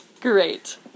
Great